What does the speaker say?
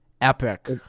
Epic